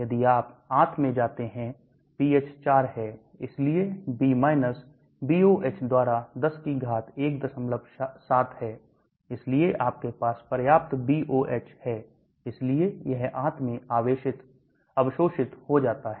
यदि आप आंत में जाते हैं pH 4 है इसलिए B BOH द्वारा 10 की घात 17 है इसलिए आपके पास पर्याप्त BOH है इसलिए यह आंत में अवशोषित हो जाता है